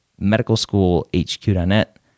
medicalschoolhq.net